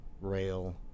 rail